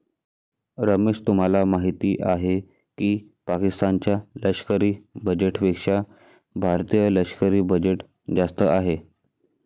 रमेश तुम्हाला माहिती आहे की पाकिस्तान च्या लष्करी बजेटपेक्षा भारतीय लष्करी बजेट जास्त आहे